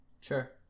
Sure